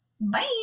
Bye